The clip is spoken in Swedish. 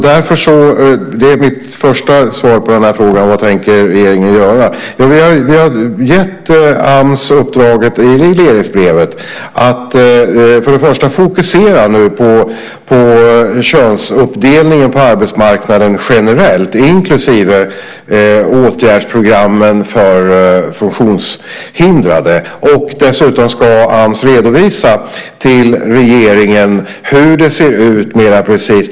Därför - det är mitt första svar på frågan om vad regeringen tänker göra - har vi i regleringsbrevet gett Ams uppdraget att fokusera på könsuppdelningen på arbetsmarknaden generellt, inklusive åtgärdsprogrammen för funktionshindrade. Dessutom ska Ams redovisa till regeringen hur det ser ut mera precist.